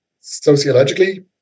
sociologically